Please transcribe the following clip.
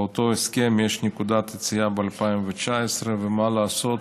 באותו הסכם יש נקודת יציאה ב-2019, ומה לעשות,